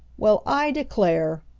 well, i declare!